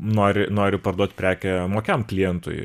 nori nori parduot prekę mokiam klientui